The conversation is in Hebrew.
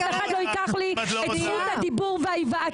אף אחד לא ייקח לי את זכות הדיבור וההיוועצות.